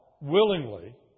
willingly